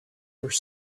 were